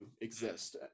exist